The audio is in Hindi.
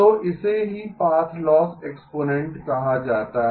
तो इसे ही पाथ लॉस एक्सपोनेंट कहा जाता है